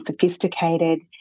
sophisticated